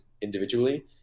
individually